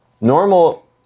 normal